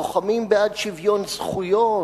לוחמים בעד שוויון זכויות.